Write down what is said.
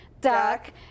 Duck